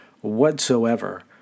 whatsoever